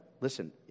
listen